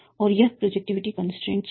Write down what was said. और यह projectivity constraint है